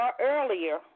earlier